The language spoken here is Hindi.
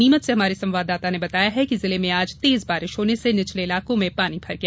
नीमच से हमारे संवाददाता ने बताया कि जिले में आज तेज बारिश होने से निचले इलाकों में पानी भर गया